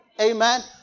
Amen